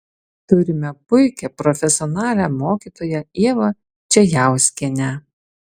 turime puikią profesionalią mokytoją ievą čejauskienę